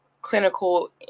clinical